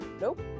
nope